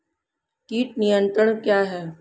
कीट नियंत्रण क्या है?